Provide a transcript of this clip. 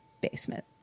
basement